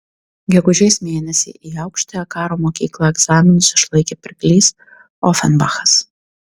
gegužės mėnesį į aukštąją karo mokyklą egzaminus išlaikė pirklys ofenbachas